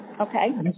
Okay